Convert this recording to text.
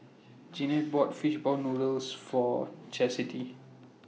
Jeannette bought Fishball Noodles For Chasity